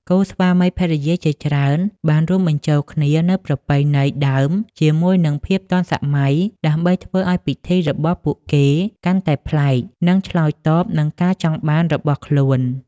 គូស្វាមីភរិយាជាច្រើនបានរួមបញ្ចូលគ្នានូវប្រពៃណីដើមជាមួយនឹងភាពទាន់សម័យ ដើម្បីធ្វើឱ្យពិធីរបស់ពួកគេកាន់តែប្លែក និងឆ្លើយតបនឹងការចង់បានរបស់ខ្លួន ។